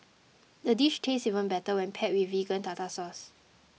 the dish tastes even better when paired with Vegan Tartar Sauce